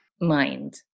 mind